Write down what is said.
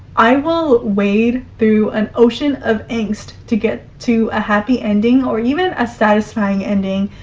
i will wade through an ocean of angst to get to a happy ending or even a satisfying ending,